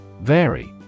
Vary